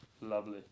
Lovely